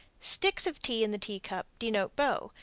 sticks of tea in the teacup denote beaux.